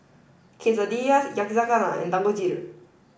Quesadillas Yakizakana and Dangojiru